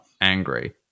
angry